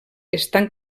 estan